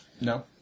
No